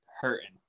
hurting